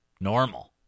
normal